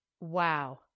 Wow